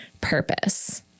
purpose